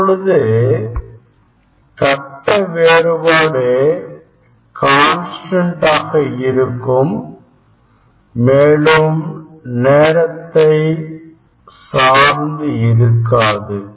இப்பொழுது தட்ட வேறுபாடு கான்ஸ்டன்ட் ஆக இருக்கும் மேலும் நேரத்தை சார்ந்து இருக்காது